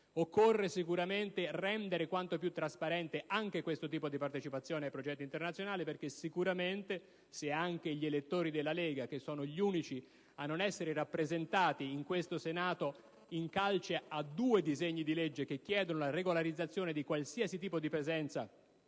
Occorre sicuramente rendere quanto più possibile trasparente anche questo tipo di partecipazione ai progetti internazionali. Gli elettori della Lega, che sono gli unici a non essere rappresentati in questo Senato in calce a due disegni di legge che chiedono la regolarizzazione di qualsiasi tipo di presenza